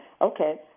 okay